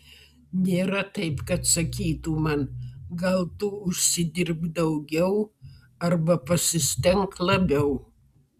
nėra taip kad sakytų man jog gal tu užsidirbk daugiau arba pasistenk labiau